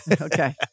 okay